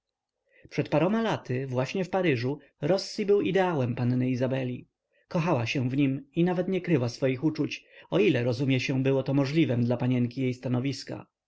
przed paroma laty właśnie w paryżu rossi był ideałem panny izabeli kochała się w nim i nawet nie kryła swych uczuć o ile rozumie się było to możliwem dla panienki jej stanowiska